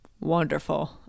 Wonderful